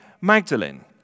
Magdalene